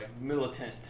militant